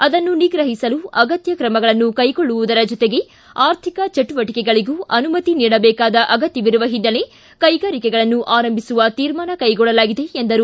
ಅದನ್ನು ನಿಗ್ರಹಿಸಲು ಅಗತ್ತ ತ್ರಮಗಳನ್ನು ಕ್ಕೆಗೊಳ್ಳುವುದರ ಜೊತೆಗೆ ಆರ್ಥಿಕ ಚಟುವಟಿಕೆಗಳಗೂ ಅನುಮತಿ ನೀಡಬೇಕಾದ ಅಗತ್ತವಿರುವ ಹಿನ್ನೆಲೆ ಕೈಗಾರಿಕೆಗಳನ್ನು ಆರಂಭಿಸುವ ತೀರ್ಮಾನ ಕೈಗೊಳ್ಳಲಾಗಿದೆ ಎಂದರು